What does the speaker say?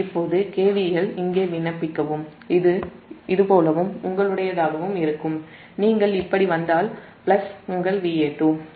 இப்போது KVL இங்கே விண்ணப்பிக்கவும் இது போலவும் உங்களுடையதாகவும் இருக்கும்நீங்கள் இப்படி வந்தால் பிளஸ் உங்கள் Va2